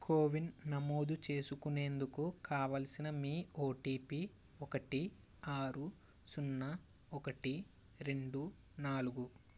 CoWIN నమోదు చేసుకునేందుకు కావలసిన మీ ఓటిపి ఒకటి ఆరు సున్నా ఒకటి రెండు నాలుగు